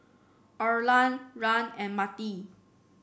Orland Rand and Mettie